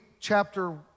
chapter